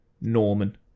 Norman